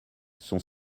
sont